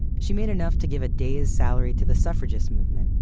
she made enough to give a day's salary to the suffragists movement,